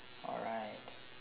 alright